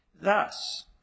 Thus